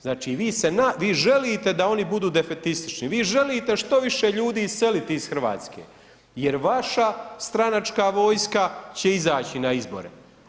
Znači vi želite da oni budu defetistički, vi želite što više ljudi iseliti iz Hrvatske jer vaša stranačka vojska će izaći na izbore.